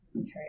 Okay